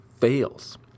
fails